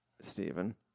Stephen